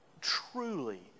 truly